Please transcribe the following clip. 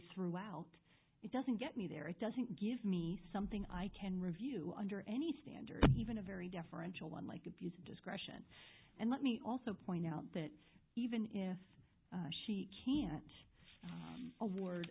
throughout it doesn't get me there it doesn't give me something i can review under any standard even a very deferential one like abuse of discretion and let me also point out that even if she can't